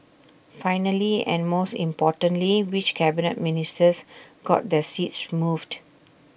finally and most importantly which Cabinet Ministers got their seats moved